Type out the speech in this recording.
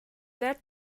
that